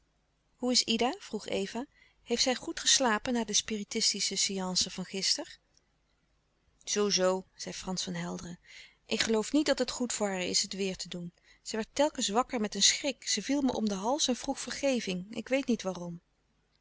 hoe is ida vroeg eva heeft zij goed geslapen na de spiritistische séance van gisteren zoo zoo zei frans van helderen ik geloof niet dat het goed voor haar is het weêr te doen zij werd telkens wakker met een schrik ze viel me om den hals en vroeg vergeving ik weet niet waarom